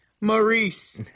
Maurice